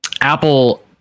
Apple